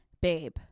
babe